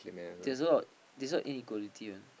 there's a lot there's a lot in equality one